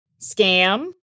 Scam